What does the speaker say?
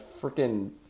freaking